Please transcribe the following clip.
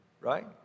right